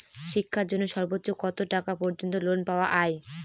শিক্ষার জন্য সর্বোচ্চ কত টাকা পর্যন্ত লোন পাওয়া য়ায়?